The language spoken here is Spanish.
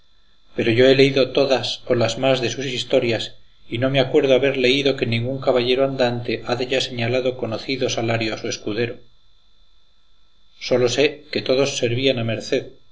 pero yo he leído todas o las más de sus historias y no me acuerdo haber leído que ningún caballero andante haya señalado conocido salario a su escudero sólo sé que todos servían a merced